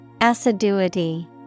Assiduity